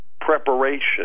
preparation